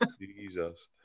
Jesus